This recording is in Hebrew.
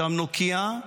שם נוקיע,